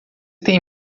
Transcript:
tem